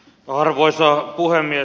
arvoisa puhemies